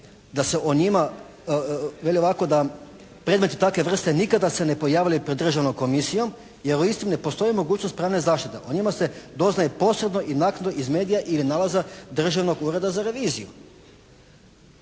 da se o njima, veli ovako. Da predmeti takve vrste nikada se ne pojavljuju pred državnom komisijom jer u Istri ne postoji mogućnost pravne zaštite, o njima se doznaje posredno i naknadno iz medija ili nalaza Državnog ureda za reviziju.